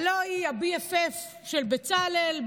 הלא היא ה-BFF של בצלאל,